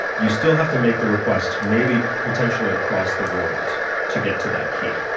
you still have to make the request maybe potentially across the world to get to that key.